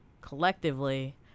collectively